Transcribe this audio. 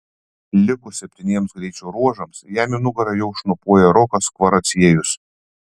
likus septyniems greičio ruožams jam į nugarą jau šnopuoja rokas kvaraciejus